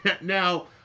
now